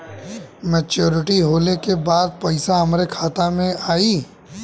Maturity होले के बाद पैसा हमरे खाता में आई?